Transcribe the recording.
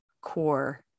core